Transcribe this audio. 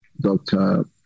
Dr